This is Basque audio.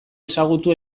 ezagutu